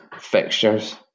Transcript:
fixtures